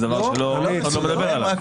זה דבר שאף אחד לא מדבר עליו.